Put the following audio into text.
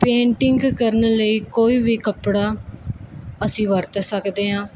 painting ਕਰਨ ਲਈ ਕੋਈ ਵੀ ਕੱਪੜਾ ਅਸੀਂ ਵਰਤ ਸਕਦੇ ਆਂ